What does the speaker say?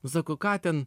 nu sako ką ten